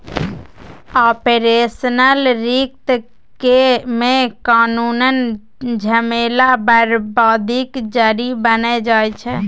operational risk मे कानुनक झमेला बरबादीक जरि बनि जाइ छै